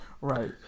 Right